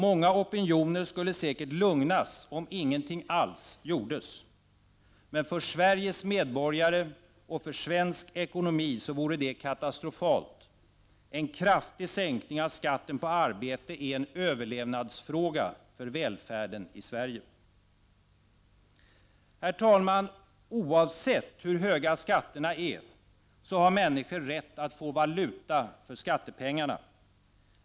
Många opinioner skulle säkert lugnas om ingenting alls gjordes. Men för Sveriges medborgare och för svensk ekonomi vore det katastrofalt. En kraftig sänkning av skatten på arbete är en överlevnadsfråga för välfärden i Sverige. Herr talman! Oavsett hur höga skatterna är har människor rätt att få valuta för skattepengarna.